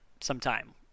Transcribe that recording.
sometime